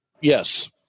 Yes